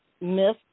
missed